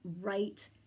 right